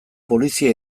polizia